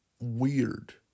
weird